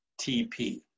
TP